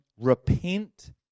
repent